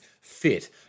fit